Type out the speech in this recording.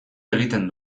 egiten